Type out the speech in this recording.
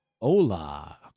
Hola